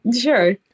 Sure